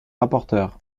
rapporteure